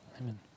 Amen